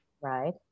right